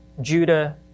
Judah